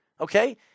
Okay